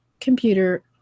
computer